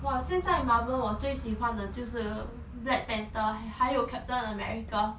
!wah! 现在 marvel 我最喜欢的就是 black panther 还有 captain america